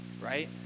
right